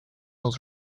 was